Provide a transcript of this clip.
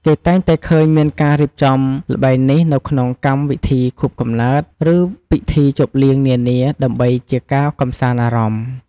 គេតែងតែឃើញមានការរៀបចំល្បែងនេះនៅក្នុងកម្មវិធីខួបកំណើត ឬពិធីជប់លៀងនានា ដើម្បីជាការកម្សាន្តអារម្មណ៍។